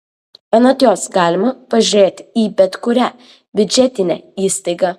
anot jos galima pažiūrėti į bet kurią biudžetinę įstaigą